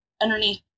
underneath